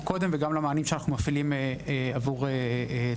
קודם וגם למענים שאנחנו מפעילים עבור טרנסים.